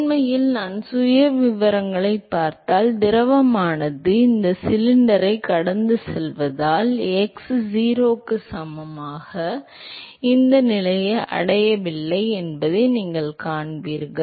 உண்மையில் நீங்கள் சுயவிவரங்களைப் பார்த்தால் திரவமானது உண்மையில் இந்த சிலிண்டரைக் கடந்து செல்வதால் x 0 க்கு சமமான இந்த நிலையை அடையவில்லை என்பதை நீங்கள் காண்பீர்கள்